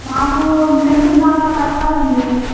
మాకు ఒక సెంటున్నరలో కట్టాలండీ